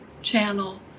Channel